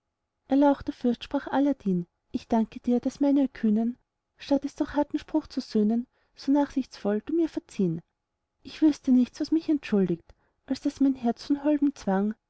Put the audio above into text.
erlauchter fürst sprach aladdin ich danke dir daß mein erkühnen statt es durch harten spruch zu sühnen so nachsichtsvoll du mir verziehn ich wüßte nichts was mich entschuldigt als daß mein herz von holdem zwang